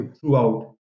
throughout